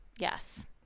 Yes